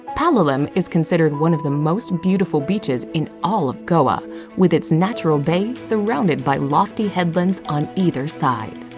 palolem is considered one of the most beautiful beaches in all of goa with it's natural bay surrounded by lofty headlands on either sides.